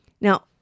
Now